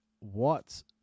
watts